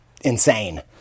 insane